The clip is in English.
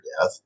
death